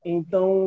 Então